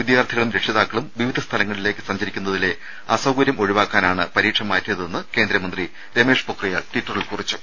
വിദ്യാർഥികളും രക്ഷിതാക്കളും വിവിധ സ്ഥലങ്ങളിലേക്ക് സഞ്ചരിക്കുന്നതിലെ അസൌകര്യം ഒഴിവാക്കാനാണ് പരീക്ഷ മാറ്റിയതെന്നു കേന്ദ്രമന്ത്രി രമേഷ് പൊഖ്രിയാൽ ട്വിറ്ററിൽ കുറിച്ചു